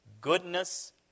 goodness